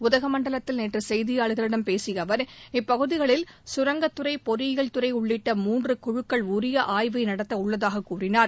உதகமண்டலத்தில் நேற்று செய்தியாளர்களிடம் பேசிய அவர் இப்பகுதிகளில் சுரங்கத்துறை பொறியியல் துறை உள்ளிட்ட மூன்று குழுக்கள் உரிய ஆய்வை நடத்தவுள்ளதாகக் கூறினார்